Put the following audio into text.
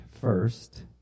first